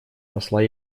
посла